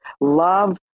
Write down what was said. love